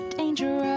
dangerous